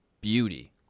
beauty